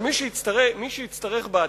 שמי שיצטרך בעתיד,